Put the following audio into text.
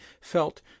felt